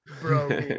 bro